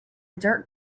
dirt